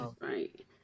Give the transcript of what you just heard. right